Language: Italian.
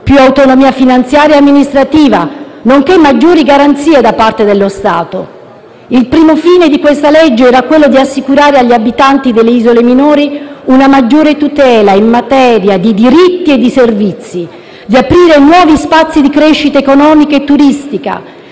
più autonomia finanziaria e amministrativa, nonché maggiori garanzie da parte dello Stato. Il primo fine di questa legge era assicurare agli abitanti delle isole minori una maggiore tutela in materia di diritti e di servizi, di aprire nuovi spazi di crescita economica e turistica